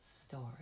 story